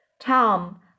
Tom